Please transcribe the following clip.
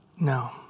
No